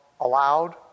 allowed